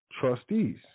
trustees